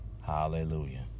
Hallelujah